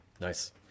Nice